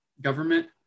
government